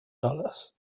dollars